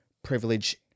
privilege